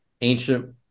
ancient